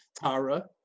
Tara